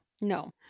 No